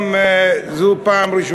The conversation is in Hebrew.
חבר הכנסת פריג'